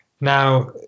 Now